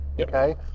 okay